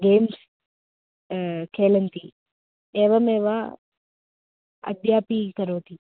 games खेलन्ति एवमेव अद्यापि करोति